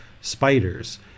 spiders